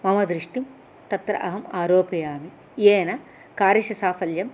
मम दृष्टिं तत्र अहम् आरोपयामि येन कार्यस्य साफल्यं